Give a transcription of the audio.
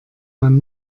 man